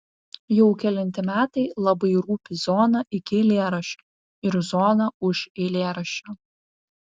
jau kelinti metai labai rūpi zona iki eilėraščio ir zona už eilėraščio